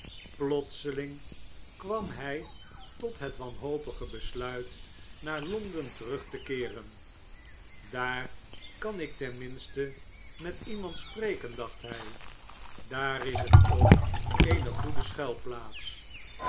plotseling kwam hij tot het wanhopige besluit naar londen terug te keeren daar kan ik ten minste met iemand spreken dacht hij daar is t ook eene goede